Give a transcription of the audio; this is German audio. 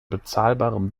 bezahlbarem